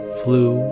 flew